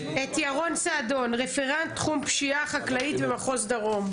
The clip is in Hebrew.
ירון סעדון, רפרנט תחום פשיעה חקלאית במחוז דרום.